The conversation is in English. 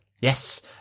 Yes